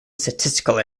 statistical